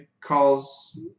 calls